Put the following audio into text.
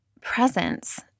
presence